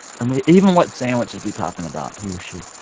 um ah even what sandwich is he talking about? he or she.